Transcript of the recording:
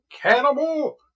cannibal